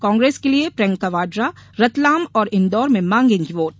कांग्रेस के लिए प्रियंका वाड्रा रतलाम और इंदौर में मांगेगी वोट